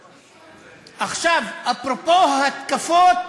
עכשיו, אפרופו ההתקפות